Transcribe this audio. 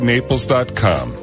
Naples.com